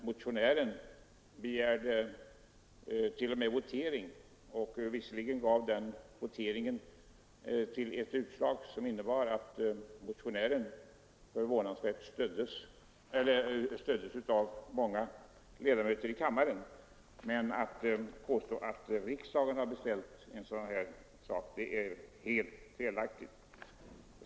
Motionären begärde t.o.m. votering, och visserligen gav den ett utslag som innebar att motionen — förvånansvärt nog — stöddes av många ledamöter av kammaren, men att påstå att riksdagen har beställt ett sådant här förslag är helt felaktigt.